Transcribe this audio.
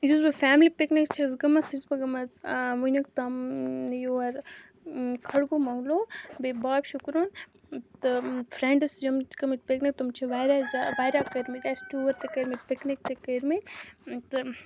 یُس بہٕ family picnic چھَس گٲمژ سُہ چھَس بہٕ گٲمٕژ وُنیُک تام یور کَھڈگومَنگلو بیٚیہِ بابہٕ شُکرُن تہٕ فرینٛڈس یم چھِ گٲمٕتۍ پِکنِک تِم چھِ وارِیاہ زیادٕ واریاہ کٔرۍمٕتۍ اَسِہ ٹیوٗر تہِ کوٚرمُت پِکنِک تہِ کٔرۍمٕتۍ تہٕ